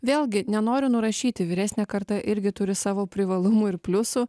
vėlgi nenoriu nurašyti vyresnė karta irgi turi savo privalumų ir pliusų